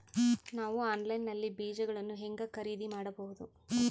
ನಾವು ಆನ್ಲೈನ್ ನಲ್ಲಿ ಬೇಜಗಳನ್ನು ಹೆಂಗ ಖರೇದಿ ಮಾಡಬಹುದು?